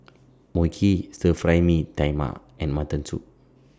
Mui Kee Stir Fry Mee Tai Mak and Mutton Soup